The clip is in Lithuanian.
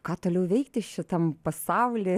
ką toliau veikti šitam pasauly